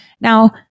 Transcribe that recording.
Now